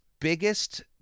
biggest